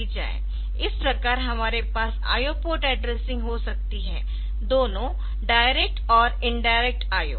इस प्रकार हमारे पास IO पोर्ट एड्रेसिंग हो सकती है दोनों डायरेक्ट और इनडायरेक्ट IO